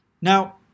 Now